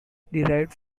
derived